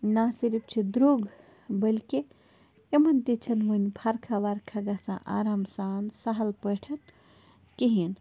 نَہ صرف چھُ درٛوگ بلکہِ یِمَن تہِ چھَنہٕ وُنہِ فرقَہ وَرقَہ گژھان آرام سان سہل پٲٹھۍ کِہیٖنۍ